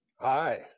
hi